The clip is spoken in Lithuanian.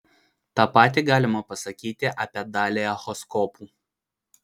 tą patį galima pasakyti apie dalį echoskopų